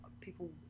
people